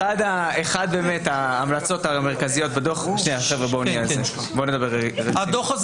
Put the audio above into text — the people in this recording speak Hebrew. אחת ההמלצות המרכזיות בדוח -- אני מבקש לקבל את הדוח הזה